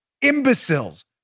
imbeciles